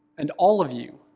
and all of you,